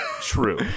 True